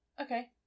Okay